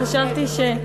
הוא אמר,